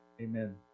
amen